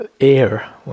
air